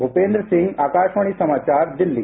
भूपेन्द्र सिंह आकाशवाणी समाचार दिल्ली